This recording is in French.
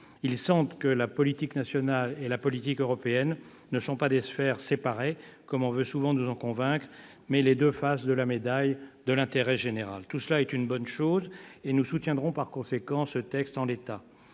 alors que la politique nationale et la politique européenne ne sont pas des sphères séparées, comme on veut souvent nous en convaincre, mais constituent les deux faces de la médaille de l'intérêt général. Tout cela est positif. Nous soutiendrons par conséquent ce texte en l'état,